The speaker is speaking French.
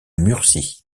murcie